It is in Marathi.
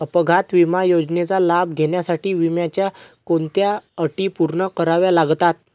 अपघात विमा योजनेचा लाभ घेण्यासाठी विम्याच्या कोणत्या अटी पूर्ण कराव्या लागतात?